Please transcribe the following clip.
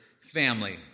family